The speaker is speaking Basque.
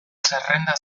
zerrenda